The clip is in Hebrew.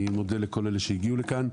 אני מודה לכל אלה שהגיעו לכאן,